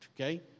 okay